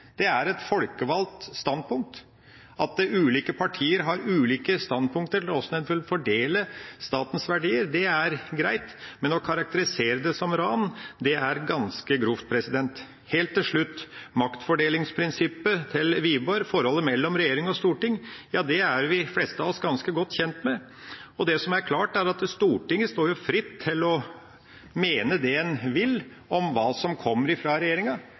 Det er et folkevalgt standpunkt at ulike partier har ulike standpunkt til hvordan man vil fordele statens verdier. Det er greit, men å karakterisere det som ran er ganske grovt. Helt til slutt: Maktfordelingsprinsippet til Wiborg, forholdet mellom regjering og storting, er de fleste av oss godt kjent med. Det som er klart, er at Stortinget står fritt til å mene det en vil om det som kommer fra regjeringa.